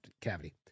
cavity